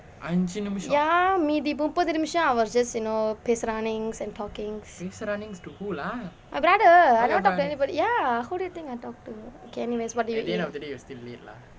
ya மீதி முப்பது நிமிஷம்:mithi muppathu nimisham I was just you know பேசுறானிங்ஸ்:pesuraanings and talking my brother I never talk to anybody ya who do you think I talk to okays anyway what did you eat